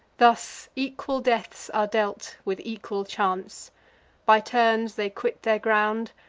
thus equal deaths are dealt with equal chance by turns they quit their ground,